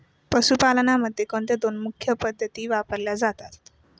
पशुपालनामध्ये कोणत्या दोन मुख्य पद्धती वापरल्या जातात?